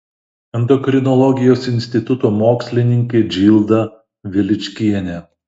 endokrinologijos instituto mokslininkė džilda veličkienė